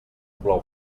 plou